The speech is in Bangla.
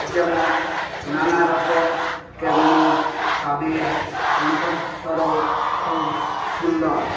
যেমন নানারকম তেমনি তাদের কণ্ঠস্বরও খুব সুন্দর